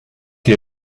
qui